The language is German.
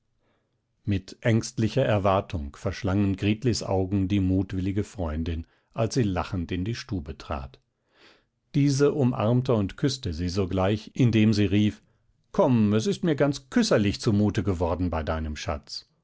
mit ängstlicher erwartung verschlangen gritlis augen die mutwillige freundin als sie lachend in die stube trat diese umarmte und küßte sie sogleich indem sie rief komm es ist mir ganz küsserlich zu mute geworden bei deinem schatz